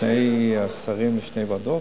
שני השרים לשתי הוועדות,